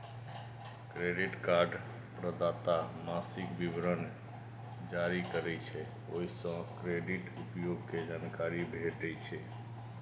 credit card प्रदाता मासिक विवरण जारी करै छै, ओइ सं क्रेडिट उपयोग के जानकारी भेटै छै